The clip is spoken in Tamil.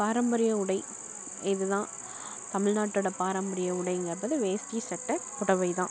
பாரம்பரிய உடை இதுதான் தமிழ்நாட்டோட பாரம்பரிய உடைங்கிறப்போ வேஷ்டி சட்டை புடவை தான்